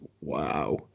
Wow